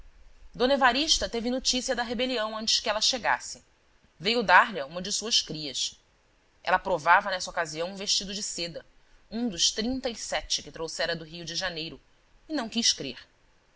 d evarista teve noticia da rebelião antes que ela chegasse veio dar lha uma de suas crias ela provava nessa ocasião um vestido de seda um dos trinta e sete que trouxera do rio de janeiro e não quis crer